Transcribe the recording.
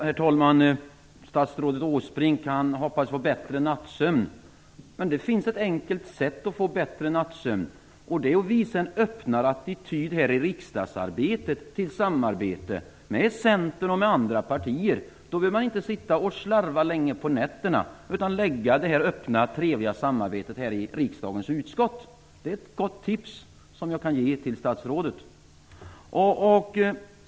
Herr talman! Statsrådet Åsbrink hoppas få bättre nattsömn. Det finns ett enkelt sätt att få bättre nattsömn, och det är att här i riksdagsarbetet visa en öppnare attityd till samarbete med centern och andra partier. Då behöver man inte sitta och slarva länge på nätterna utan förlägga det öppna trevliga samarbetet till riksdagens utskott. Det är ett gott tips, som jag kan ge till statsrådet.